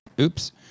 Oops